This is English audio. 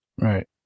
Right